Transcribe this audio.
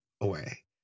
away